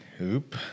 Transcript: Oop